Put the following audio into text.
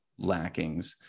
lackings